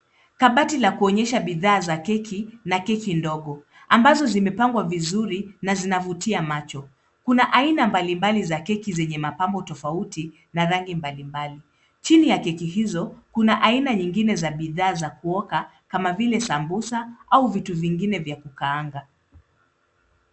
Kabati la kuonyesha bidhaa za keki na keki ndogo ambazo zimepangwa vizuri na zinavutia macho. Kuna aina mbalimbali za keki zenye mapambo tofauti na rangi mbalimbali. Chini ya keki hizo kuna aina nyingine za bidhaa za kuoka kama vile sambusa au vitu vingine vya kukaanga.